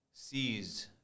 seized